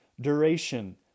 duration